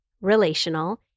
relational